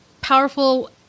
powerful